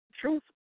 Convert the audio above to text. Truth